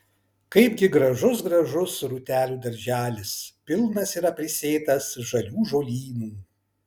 kaipgi gražus gražus rūtelių darželis pilnas yra prisėtas žalių žolynų